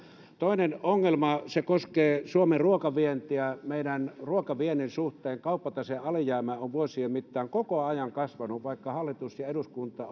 toinen ongelma koskee suomen ruokavientiä meidän ruokaviennin suhteen kauppatasealijäämä on vuosien mittaan koko ajan kasvanut vaikka hallitus ja eduskunta